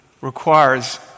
requires